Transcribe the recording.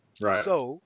Right